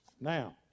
Now